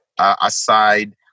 aside